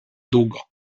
długo